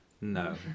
no